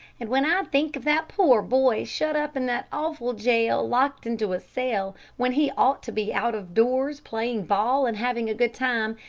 and when i think of that poor boy shut up in that awful jail, locked into a cell, when he ought to be out-of-doors playing ball and having a good time,